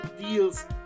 deals